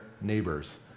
neighbors